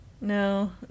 No